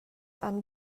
han